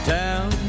town